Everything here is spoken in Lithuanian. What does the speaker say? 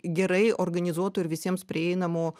gerai organizuotų ir visiems prieinamų